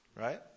right